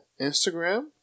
Instagram